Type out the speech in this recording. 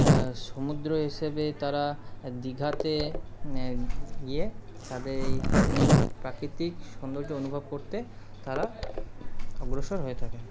সমুদ্র হিসেবে তারা দীঘাতে গিয়ে তাদের সুন্দর প্রাকৃতিক সৌন্দর্য অনুভব করতে তারা অগ্রসর হয়ে থাকে